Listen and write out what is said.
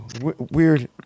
Weird